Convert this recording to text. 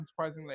unsurprisingly